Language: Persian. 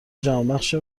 جهانبخش